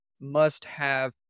must-have